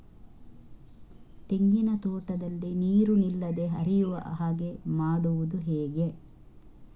ತೆಂಗಿನ ತೋಟದಲ್ಲಿ ನೀರು ನಿಲ್ಲದೆ ಹರಿಯುವ ಹಾಗೆ ಮಾಡುವುದು ಹೇಗೆ?